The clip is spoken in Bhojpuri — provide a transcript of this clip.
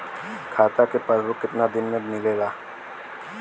खाता के पासबुक कितना दिन में मिलेला?